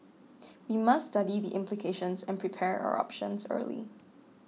we must study the implications and prepare our options early